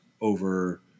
over